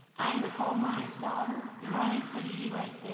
i am a coal miner's daughter, running for the u s.